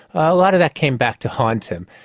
a lot of that came back to haunt him,